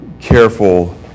careful